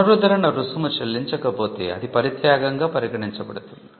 పునరుద్ధరణ రుసుము చెల్లించకపోతే అది పరిత్యాగంగా పరిగణించబడుతుంది